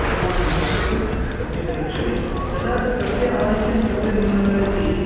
समाजस्वास्थ्यं सम्यग् रक्षति कदापि कस्य आधिक्यं कस्य न्यूनता इति